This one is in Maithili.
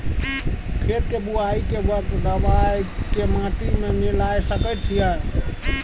खेत के बुआई के वक्त दबाय के माटी में मिलाय सके छिये?